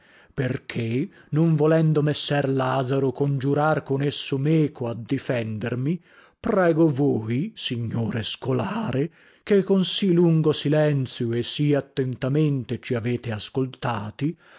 che non volendo messer lazaro congiurar con esso meco a difendermi prego voi signore scolare che con sì lungo silenzio e sì attentamente ci avete ascoltati